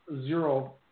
zero